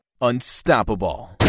Unstoppable